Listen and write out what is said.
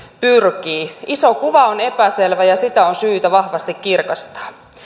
pyrkii iso kuva on epäselvä ja sitä on syytä vahvasti kirkastaa